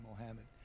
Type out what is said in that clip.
Mohammed